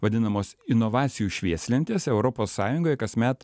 vadinamos inovacijų švieslentės europos sąjungoje kasmet